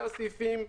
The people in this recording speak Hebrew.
סעיפים